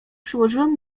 przyłożyłem